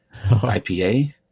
IPA